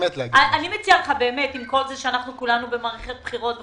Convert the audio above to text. עם כל זה שאנחנו כולנו במערכת בחירות וכולי.